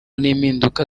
n’impinduka